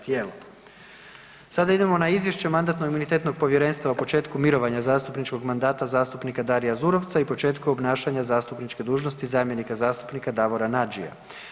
Sada idemo na Izvješće Mandatno-imunitetnog povjerenstva o početku mirovanja zastupničkog mandata zastupnika Darija Zurovca i početku obnašanja zastupničke dužnosti zamjenika zastupnika Davora Nađia.